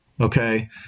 okay